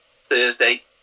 Thursday